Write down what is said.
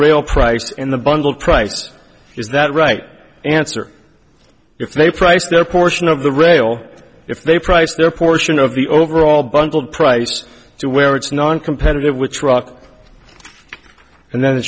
real price and the bundle price is that right answer if they price their portion of the rail if they price their portion of the overall bundled price to where it's noncompetitive which rock and then the